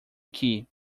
que